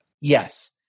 Yes